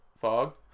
fog